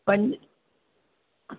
पंज